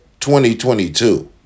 2022